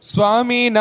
Swami